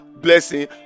blessing